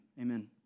amen